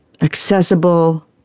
accessible